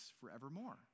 forevermore